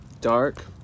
dark